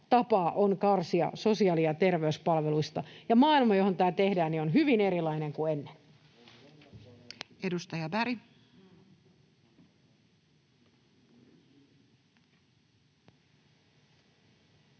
on karsia sosiaali- ja terveyspalveluista, ja maailma, johon tämä tehdään, on hyvin erilainen kuin ennen. Edustaja Berg. Arvoisa